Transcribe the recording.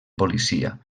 policia